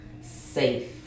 safe